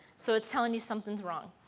so it's telling me something wrong.